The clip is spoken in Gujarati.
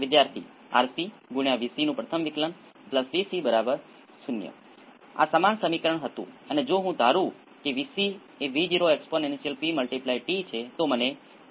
તેથી જો તમે તમામ કેપેસિટર ને dc લાગુ કરો તો તે ઓપન સર્કિટમાં થશે તો તમામ લાગુ વોલ્ટેજ બધાજ કેપેસિટરમાં બધાજ આઉટપુટ ઉપર આવે છે